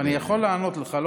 אני יכול לענות לך.